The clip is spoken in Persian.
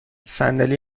صندلی